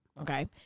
Okay